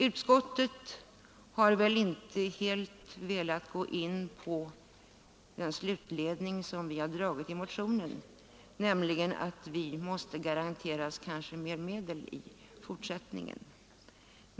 Utskottet har väl inte helt velat gå in på den slutledning som vi gjort i motionen, nämligen att vi måste garanteras mera medel i fortsättningen.